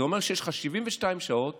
זה אומר שיש לך 72 שעות